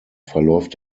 verläuft